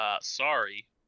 Sorry